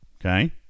okay